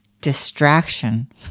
Distraction